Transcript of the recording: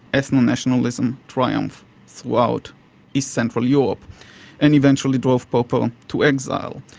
ethno-nationalism triumphed throughout east central europe and eventually drove popper to exile.